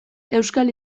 euskal